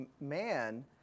man